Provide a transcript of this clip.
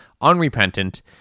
unrepentant